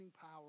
power